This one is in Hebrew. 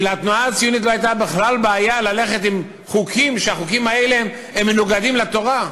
כי לתנועה הציונית לא הייתה בכלל בעיה ללכת עם חוקים שמנוגדים לתורה.